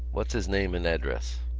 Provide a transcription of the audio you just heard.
what's his name and address?